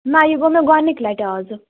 نہَ یہَ گوٚو مےٚ گۄڈٕنِکہِ لٹہِ اَزٕ